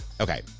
Okay